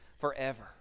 forever